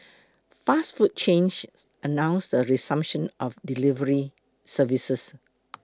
fast food chains announced the resumption of delivery services